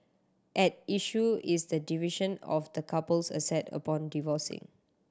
at issue is the division of the couple's asset upon divorcing